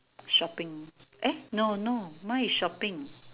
shopping eh no no mine is shopping